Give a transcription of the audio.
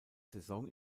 saison